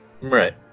Right